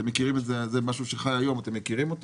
אתם מכירים את